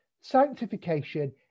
sanctification